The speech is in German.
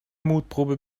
mutprobe